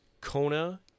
Kona